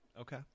okay